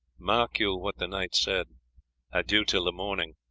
mark you what the knight said adieu till the morning.